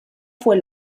fue